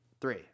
three